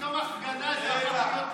תן לה.